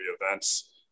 events